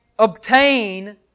Obtain